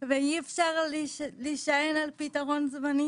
ואי אפשר להישען על פתרון זמני